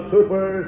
Super